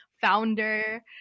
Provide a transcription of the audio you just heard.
founder